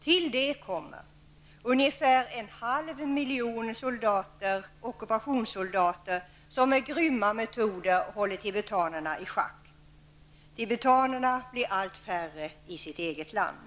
Till detta kommer ungefär en halv miljon kinesiska ockupationssoldater, som med grymma metoder håller tibetanerna i schack. Tibetanerna blir allt färre i sitt eget land.